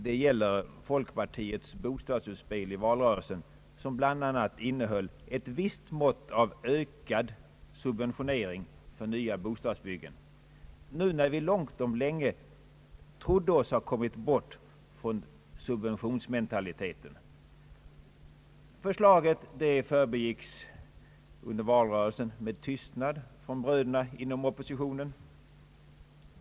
Det gäller folkpartiets bostadsutspel i valrörelsen, som bl.a. innehöll ett visst mått av ökad subventionering för nya bostadsbyggen, när vi nu långt om länge trodde oss ha kommit bort från subventionsmentaliteten. Förslaget förbigicks med tystnad under valrörelsen från bröderna inom oppositionen.